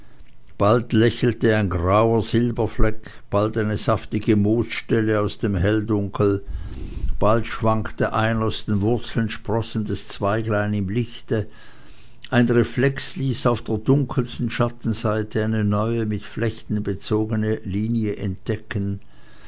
bald lächelte ein grauer silberfleck bald eine saftige moosstelle aus dem helldunkel bald schwankte ein aus den wurzeln sprossendes zweiglein im lichte ein reflex ließ auf der dunkelsten schattenseite eine neue mit flechten bezogene linie entdecken